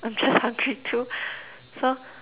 I'm just hungry too so